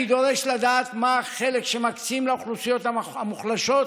אני דורש לדעת מה החלק שמקצים לאוכלוסיות המוחלשות,